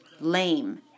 lame